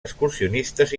excursionistes